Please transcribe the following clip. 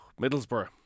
Middlesbrough